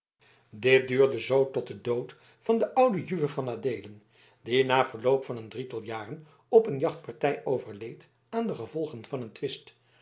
dit duurde zoo tot den dood van den ouden juwe van adeelen die na verloop van een drietal jaren op een jachtpartij overleed aan de gevolgen van een twist